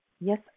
Yes